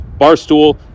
Barstool